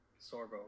Sorbo